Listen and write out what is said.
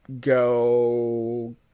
go